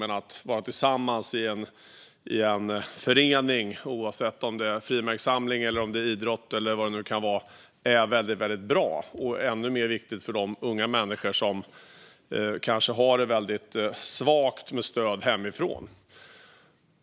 Men att vara tillsammans i en förening, oavsett som det handlar om frimärkssamling, idrott eller vad det nu kan vara, är väldigt bra. Det är ännu mer viktigt för de unga människor som kanske har väldigt svagt stöd hemifrån.